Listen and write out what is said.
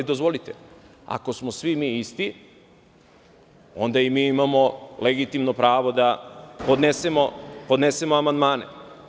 Dozvolite, ako smo svi mi isti, onda i mi imamo legitimno pravo da podnesemo amandmane.